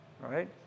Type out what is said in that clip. right